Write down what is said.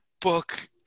book